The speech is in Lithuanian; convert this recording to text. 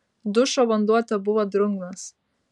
dušo vanduo tebuvo drungnas